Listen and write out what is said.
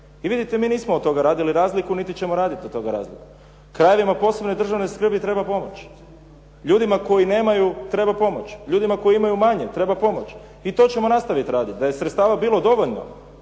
I vidite, mi nismo od toga radili razliku, niti ćemo raditi od toga razliku. Krajevima posebne državne skrbi treba pomoć. Ljudima koji nemaju treba pomoći, ljudima koji imaju manje, treba pomoć i to ćemo nastaviti raditi. Da je sredstava bilo dovoljno